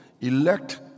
Elect